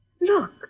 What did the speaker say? Look